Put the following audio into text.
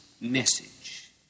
message